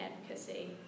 advocacy